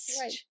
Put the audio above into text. Right